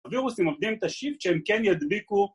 ‫הווירוסים מקדים את השיב ‫שהם כן ידביקו.